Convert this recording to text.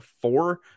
four